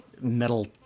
metal